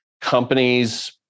Companies